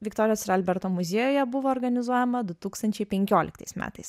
viktorijos ir alberto muziejuje buvo organizuojama du tūkstančiai penkioliktais metais